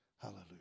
Hallelujah